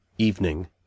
Evening